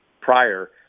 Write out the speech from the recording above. prior